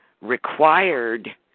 required